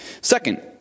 Second